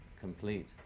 complete